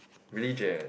religion